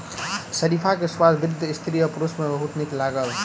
शरीफा के स्वाद वृद्ध स्त्री आ पुरुष के बहुत नीक लागल